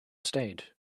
stayed